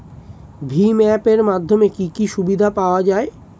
ভিম app এর মাধ্যমে কি কি সুবিধা পাওয়া যায়?